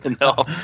No